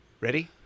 Ready